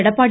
Edappadi